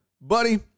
buddy